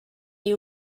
you